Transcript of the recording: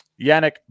Yannick